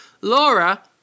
Laura